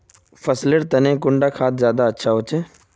फसल लेर तने कुंडा खाद ज्यादा अच्छा होचे?